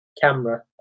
camera